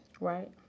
Right